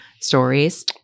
stories